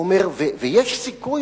הוא אומר: ויש סיכוי?